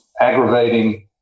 aggravating